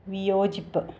വിയോജിപ്പ്